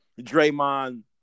Draymond